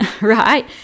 right